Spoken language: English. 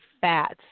fats